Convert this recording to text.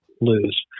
lose